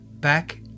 back